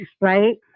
Right